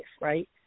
right